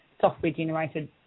software-generated